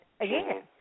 again